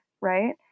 right